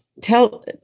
Tell